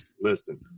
Listen